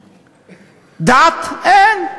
דת, אין.